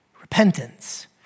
repentance